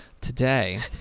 Today